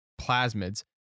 plasmids